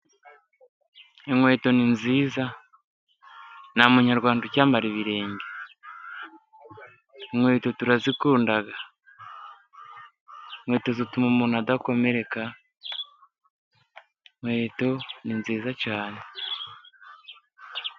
Inkweto ni nziza nta munyarwanda ucyambara ibirenge. Inkweto turazikunda, inkweto zituma umuntu adakomereka, inkweto ni nziza cyane.